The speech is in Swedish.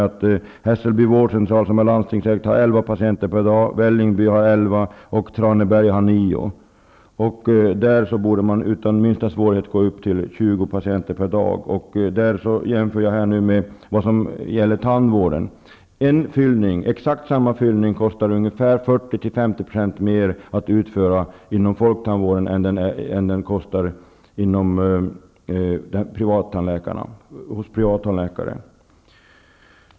I Hässelby vårdcentral, som är landstingsägd, har läkarna 11 patienter per dag, i Vällingby 11 och i Traneberg 9. Man borde utan minsta svårigheter kunna gå upp till 20 patienter per dag. En tandfyllning kostar ungefär 40-50 % mer inom folktandvården än vad den kostar hos en privattandläkare.